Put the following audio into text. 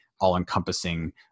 all-encompassing